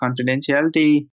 confidentiality